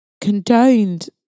condoned